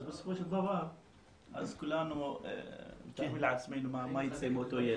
בסופו של דבר כולנו מתארים לעצמנו מה ייצא מאותו ילד.